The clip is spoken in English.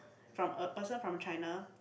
from a person from China